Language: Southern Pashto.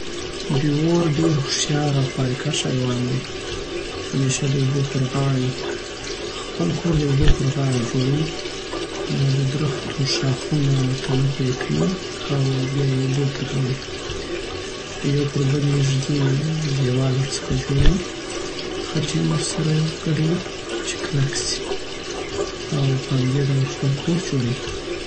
بیور ډېر هوښیار اوخواری کښ حیوان دی. همیشه د اوبو پرغاړه ویی خپل کور د اوبو پر غاړه جوړیی ددرختو ښاخونه او تنه پری کیی او بیایی اوبو ته راوړی یو پربل یی ایږدی او دیوال ورڅخه جوړیی خټی هم ورسره ګډوی چی کلک سی او په همدی ډول خپل کور جوړیی